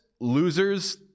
losers